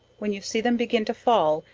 when you see them begin to fall,